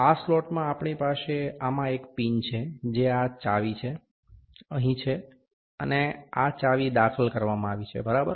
આ સ્લોટમાં આપણી પાસે આમાં એક પિન છે જે આ ચાવી છે અહીં છે અને આ ચાવી દાખલ કરવામાં આવી છે બરાબર